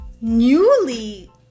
newly